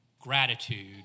Gratitude